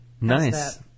Nice